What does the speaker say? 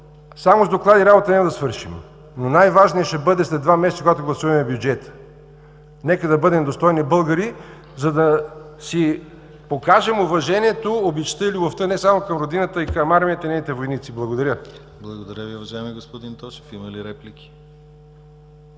Само с доклади работа няма да свършим, но най-важният ще бъде след два месеца, когато гласуваме бюджета. Нека да бъдем достойни българи, за да си покажем уважението, обичта и любовта не само към Родината, а и към армията и нейните войници. Благодаря. ПРЕДСЕДАТЕЛ ДИМИТЪР ГЛАВЧЕВ: Благодаря Ви, уважаеми господин Тошев. Има ли реплики?